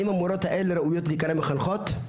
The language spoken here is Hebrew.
האם המורות האלו ראויות להיקרא בכלל מחנכות?